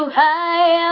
high